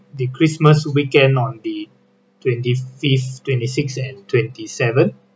the christmas weekend on the twenty fifth twenty sixth and twenty seventh